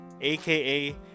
aka